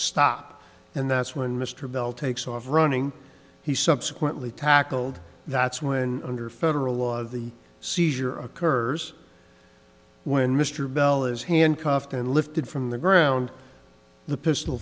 stop and that's when mr bell takes off running he subsequently tackled that's when under federal law of the seizure occurs when mr bell is handcuffed and lifted from the ground the pistol